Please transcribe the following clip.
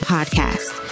Podcast